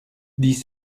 dix